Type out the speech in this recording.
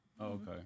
Okay